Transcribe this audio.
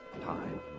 Time